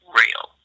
real